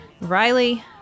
riley